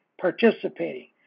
participating